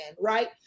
right